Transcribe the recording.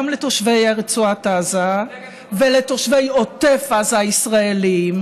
לתושבי רצועת עזה ולתושבי עוטף עזה הישראלים,